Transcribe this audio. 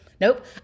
Nope